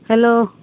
hello